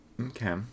okay